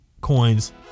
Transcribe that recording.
coins